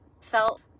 felt